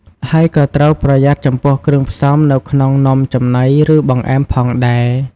ហើយក៏ត្រូវប្រយ័ត្នចំពោះ គ្រឿងផ្សំនៅក្នុងនំចំណី ឬបង្អែមផងដែរ។